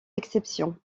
exception